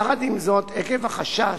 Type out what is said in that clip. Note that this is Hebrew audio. יחד עם זאת, עקב החשש